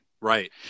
right